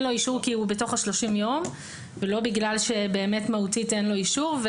אישור כי הוא בתוך ה-30 ימים ולא בגלל שמהותית אין לו אישור.